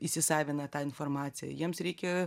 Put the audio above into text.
įsisavina tą informaciją jiems reikia